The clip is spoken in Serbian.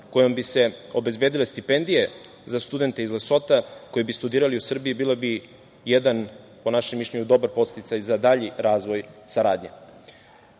kojim bi se obezbedile stipendije za studente iz Lesota koji bi studirali u Srbiji bio bi, po našem mišljenju, jedan dobar podsticaj za dalji razvoj saradnje. Drugi